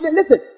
listen